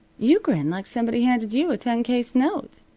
you grin like somebody handed you a ten-case note,